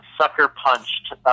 sucker-punched